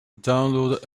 downloaden